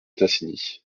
tassigny